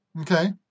Okay